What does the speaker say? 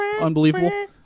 Unbelievable